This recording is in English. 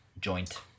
joint